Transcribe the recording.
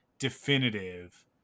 definitive